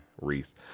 Reese